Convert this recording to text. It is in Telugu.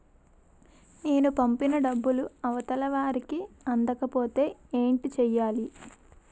నేను పంపిన డబ్బులు అవతల వారికి అందకపోతే ఏంటి చెయ్యాలి?